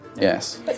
Yes